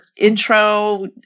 intro